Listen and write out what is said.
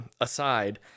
aside